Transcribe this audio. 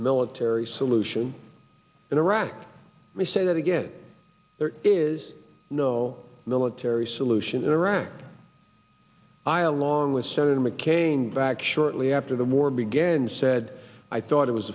military solution in iraq may say that again there is no military solution in iraq i along with senator mccain back shortly after the war began said i thought it was